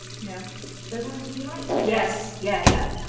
yeah the last few like yes yeah, yeah